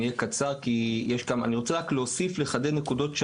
אני רוצה לחדד נקודות,